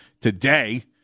today